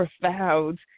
profound